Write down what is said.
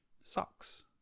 sucks